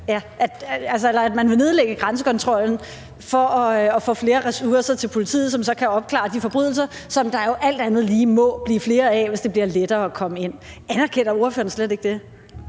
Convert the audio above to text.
i Alternativet vil nedlægge grænsekontrollen for at få flere ressourcer til politiet, som så kan opklare de forbrydelser, som der jo alt andet lige må blive flere af, hvis det bliver lettere at komme ind. Anerkender ordføreren slet ikke det?